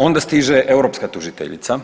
Onda stiže europska tužiteljica